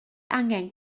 angen